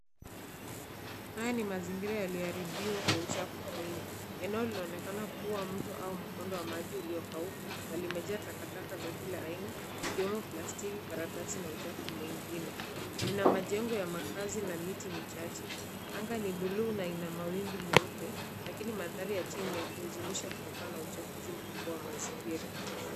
Haya ni mazingira yaliyoharibiwa kwa uchafu mwingi, eneo linaonekana kuwa mto au mkondo wa maji uliokauka na limejaa takataka za kila aina ikwemo plastiki karatasi na uchafu mwingine, lina majengo ya mkaazi na miti michache, anga ni buluu na ina mawingu meupe lakini mandhari ya chini ni ya kuhuzunisha kutokana na uchafuzi mkuu wa mazingira.